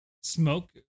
smoke